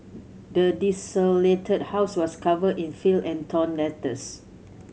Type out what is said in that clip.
the desolated house was covered in filth and torn letters